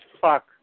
fuck